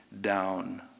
down